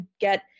get